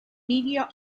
media